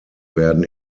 werden